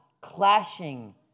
clashing